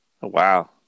wow